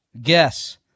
Guess